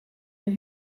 een